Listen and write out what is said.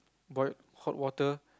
boil hot water